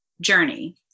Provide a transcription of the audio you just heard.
journey